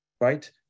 right